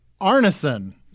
Arneson